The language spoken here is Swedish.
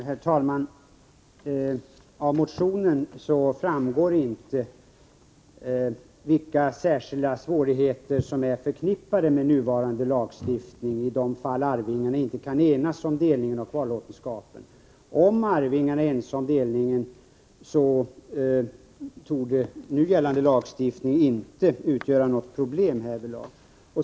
Herr talman! Av motionen framgår inte vilka särskilda svårigheter som är förknippade med den nuvarande lagstiftningen i de fall arvingarna inte kan enas om delning av kvarlåtenskapen. Om arvingarna är ense om delningen torde nu gällande lagstiftning inte innebära några problem.